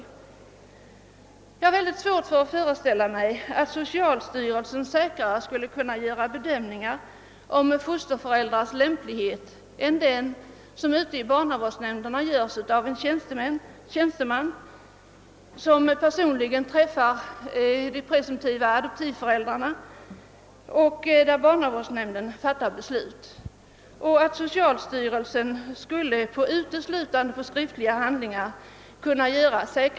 Jag har mycket svårt att föreställa mig att socialstyrelsen skulle kunna uteslutande på skriftliga handlingar göra säkrare bedömningar om fosterföräldrars lämplighet än den bedömning som sker ute i barnavårdsnämnderna genom att en tjänsteman personligen träffar de presumtiva adoptivföräldrarna och barnavårdsnämnden sedan fattar sitt beslut.